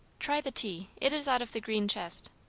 try the tea. it is out of the green chest.